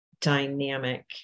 dynamic